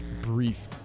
brief